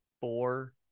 Four